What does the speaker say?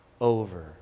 over